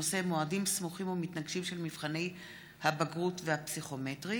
פריג' בנושא: מועדים סמוכים ומתנגשים של מבחני הבגרות והפסיכומטרי.